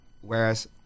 whereas